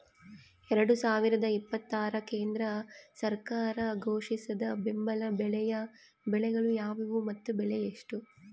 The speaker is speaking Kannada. ಎರಡು ಸಾವಿರದ ಇಪ್ಪತ್ತರ ಕೇಂದ್ರ ಸರ್ಕಾರ ಘೋಷಿಸಿದ ಬೆಂಬಲ ಬೆಲೆಯ ಬೆಳೆಗಳು ಯಾವುವು ಮತ್ತು ಬೆಲೆ ಎಷ್ಟು?